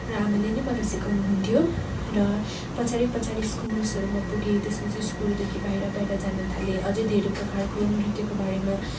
र आमाले नै मलाई सिकाउनु हुन्थ्यो र पछाडि पछाडि स्कुल्सहरूमा पुगेँ त्यसपछि स्कुलदेखि बाहिर बाहिर जानु थालेँ अझै धेरै प्रकारको नृत्यको बारेमा